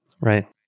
Right